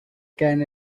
can